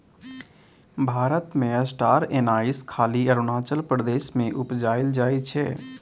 भारत मे star anise खाली अरुणाचल प्रदेश मे उपजाएल जाइ छै